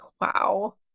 Wow